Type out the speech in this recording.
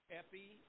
epi